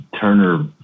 Turner